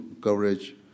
coverage